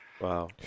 Wow